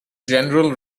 general